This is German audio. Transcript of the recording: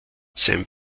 sein